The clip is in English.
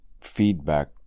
feedback